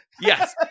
Yes